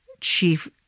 chief